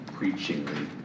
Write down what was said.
preachingly